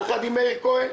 יחד עם מאיר כהן,